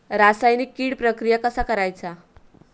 रासायनिक कीड प्रक्रिया कसा करायचा?